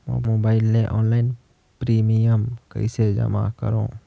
Mobile ले online premium कइसे जमा करों?